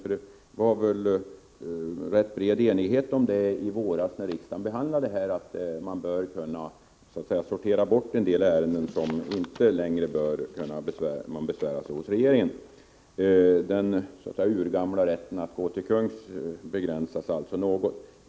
Det var väl rätt bred enighet vid riksdagens behandling i våras om att man bör kunna sortera bort en del ärenden som nu har regeringen som besvärsinstans. Den urgamla rätten att gå till kungs begränsas alltså något.